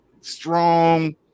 strong